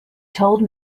told